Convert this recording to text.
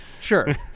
Sure